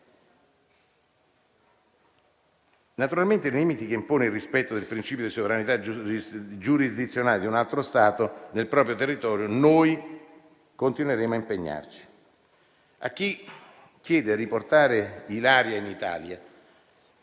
Naturalmente, nei limiti che impone il rispetto del principio di sovranità giurisdizionale di un altro Stato nel proprio territorio, noi continueremo a impegnarci. A chi chiede di riportare Ilaria in Italia,